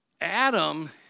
Adam